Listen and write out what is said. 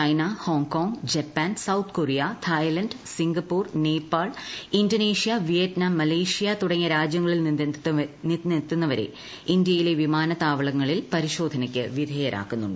China Hong Kong Japan South Korea Thailand Singapore Nepal Indonesia Vietnam Malaysia തുടങ്ങിയ രാജ്യങ്ങളിൽ നിന്നെത്തുവരെ ഇന്ത്യയിലെ വിമാനത്താവളങ്ങളിൽ പരിശോധനയ്ക്ക് വിധേയരാക്കുന്നുണ്ട്